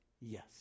yes